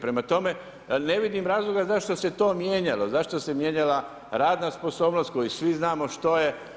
Prema tome, ne vidim razloga zašto se to mijenjalo, zašto se mijenjala radna sposobnost koju svi znamo što je.